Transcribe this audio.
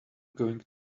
going